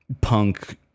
punk